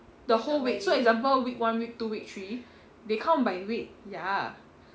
the whole week so example week one week two week three they count by week ya